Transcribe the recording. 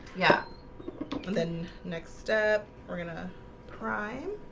yeah then next step we're gonna prime